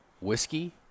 whiskey